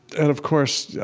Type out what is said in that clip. and of course, i